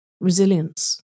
resilience